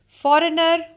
foreigner